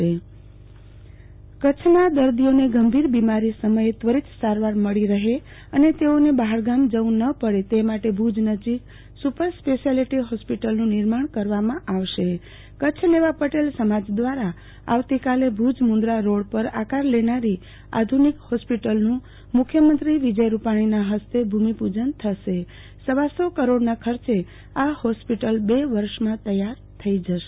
આરતીબેન ભદ્દ નવી હોસ્પિટલ કચ્છના દર્દીઓને ગંભીર બિમારી સમયે ત્વરિત સારવાર મળી રહે અને બહારગામ જવુ ન પડે તેઓને માટે ભુજ નજીક સુ પર સ્પેસીયાલીટી હોસ્પિટલનું નિર્માણ કરવામાં આવશે કચછ લેવા પટેલ સમાજ દ્રારા આવતીકાલે ભુજ મુંદરા રોડ પર આકાર લેનારી આધુ નિક હોસ્પિટલનું મુખ્યમંત્રી વિજય રૂપાણીના હસ્તે ભુમિપુજન થશ્નેવાસો કરોડના ખર્ચે આ હોસ્પિટલ બે વર્ષમાં તૈયાર થઈ જશે